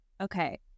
Okay